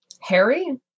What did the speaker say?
Harry